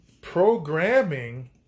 programming